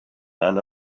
man